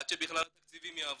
עד שבכלל התקציבים יעברו,